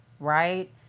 right